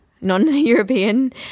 non-European